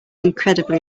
incredibly